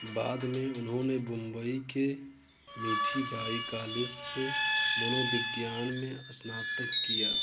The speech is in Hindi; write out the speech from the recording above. बाद में उन्होंने मुंबई के मिठीबाई कालेज से मनोविज्ञानं में अस्नातक किया